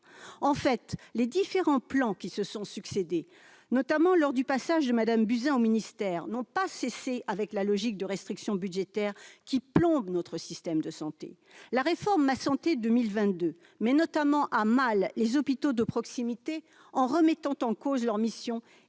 En fait, les différents plans qui se sont succédé, notamment lors du passage de Mme Buzyn au ministère, n'ont pas rompu avec la logique de restrictions budgétaires qui plombe notre système de santé. Le plan Ma santé 2022 met notamment à mal les hôpitaux de proximité, en remettant en cause leurs missions,